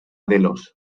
delos